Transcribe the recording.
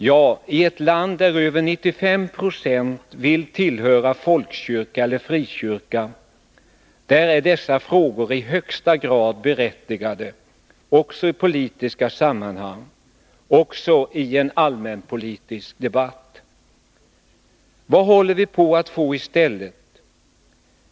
Ja, i ett land där över 95 9 vill tillhöra folkkyrka eller frikyrka är dessa frågor i högsta grad berättigade — också i politiska sammanhang, också i en allmänpolitisk debatt. Vad håller vi på att få i stället?